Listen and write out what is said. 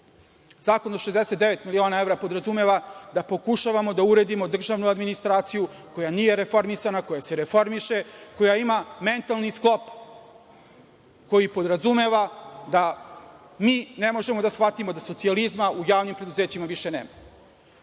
Zakon od 69 miliona evra podrazumeva da pokušavamo da uredimo državnu administraciju koja nije reformisana, koja se reformiše, koja ima mentalni sklop koji podrazumeva da mi ne možemo da shvatimo da socijalizma u javnim preduzećima više